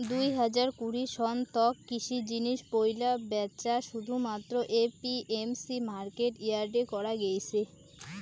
দুই হাজার কুড়ি সন তক কৃষি জিনিস পৈলা ব্যাচা শুধুমাত্র এ.পি.এম.সি মার্কেট ইয়ার্ডে করা গেইছে